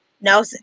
no